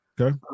okay